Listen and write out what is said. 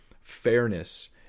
fairness